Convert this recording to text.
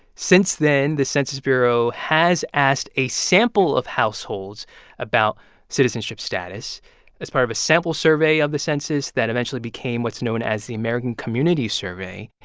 since then, the census bureau has asked a sample of households about citizenship status as part of a sample survey of of the census that eventually became what's known as the american community survey.